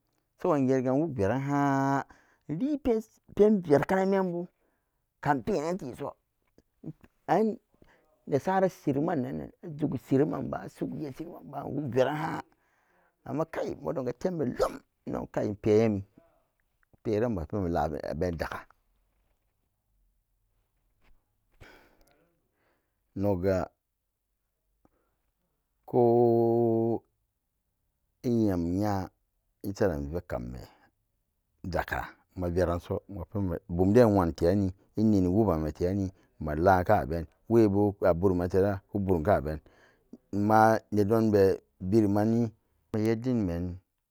Zoga nge ga nwuk veran haan nlipe ves verkana membu ka npenan teso an nesara sirimanan inzugu zirimanan baan nwuk veran haan amma kai modon ga temme loom nperan nba laa abeni daka nogga kooo i nyam isaran nvee kaman daka ma veranso bum deen iwanum teranni inirum wubanmeté ran ma kan kabven wee bo aburuman de ra kuburum kaaben ma nedon be vi rumani mayaddin men